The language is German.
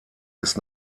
ist